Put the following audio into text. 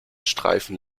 streifen